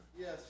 Yes